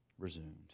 resumed